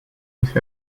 with